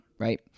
Right